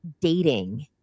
dating